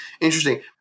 Interesting